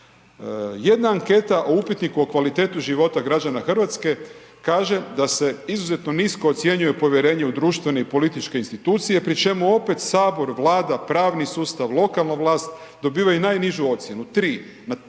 Jedna anketa o upitniku o kvaliteti života građana Hrvatske kaže da se izuzetno nisko ocjenjuje povjerenje u društvene i političke institucije pri čemu opet Sabor, Vlada, pravni sustav, lokalna vlast dobivaju najnižu ocjenu 3 na